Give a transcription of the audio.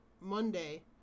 Monday